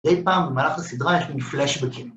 אי פעם במהלך הסדרה יש לי פלאשבקים.